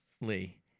Lee